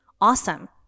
awesome